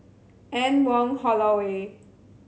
Anne Wong Holloway